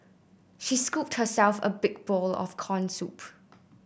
she scooped herself a big bowl of corn soup